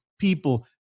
People